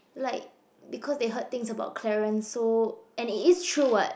like because they heard things about Clarence so and it is true [what]